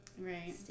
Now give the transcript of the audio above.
Right